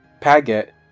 Paget